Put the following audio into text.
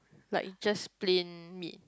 like just plain meat